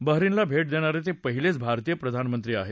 Bahrain ला भेट देणारे ते पहिले भारतीय प्रधान मंत्री आहेत